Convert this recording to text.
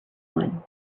one